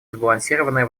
сбалансированное